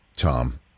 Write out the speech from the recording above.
Tom